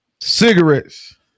Cigarettes